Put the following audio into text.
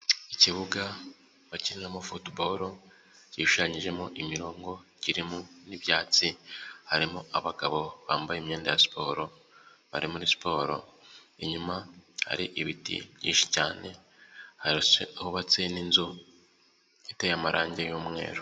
Ikibuga bakiniramo futuboro gishushanyijemo imirongo, kirimo n'ibyatsi harimo abagabo bambaye imyenda ya siporo bari muri siporo, inyuma hari ibiti byinshi cyane hubatse n'inzu iteye amarangi y'umweru.